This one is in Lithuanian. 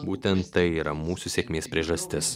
būtent tai yra mūsų sėkmės priežastis